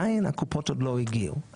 בינתיים הקופות עוד לא הגיעו,